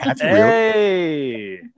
Hey